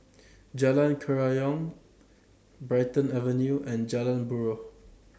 Jalan Kerayong Brighton Avenue and Jalan Buroh